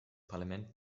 parlament